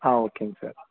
ஆ ஓகேங்க சார்